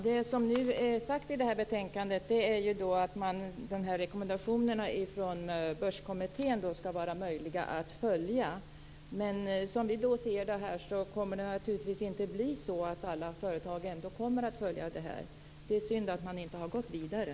Herr talman! I betänkandet framhålls att det skall vara möjligt att följa rekommendationerna från Börskommittén. Som vi ser det kommer det dock inte bli så att alla företag kommer att följa dem. Det är synd att man inte har gått vidare.